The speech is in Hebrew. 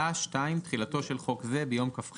תחילה תחילתו של חוק זה ביום כ"ח